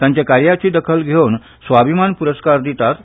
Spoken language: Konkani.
तांच्या कार्याची दखल घेवन स्वाभिमान पुरस्कार दितात